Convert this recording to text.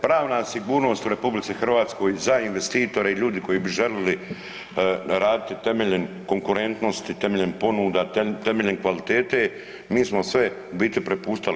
Pravna sigurnost u RH za investitore i ljude koji bi željeli raditi temeljem konkurentnosti, temeljem ponuda, temeljem kvalitete mi smo sve u biti prepuštali.